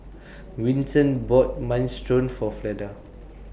Winton bought Minestrone For Fleda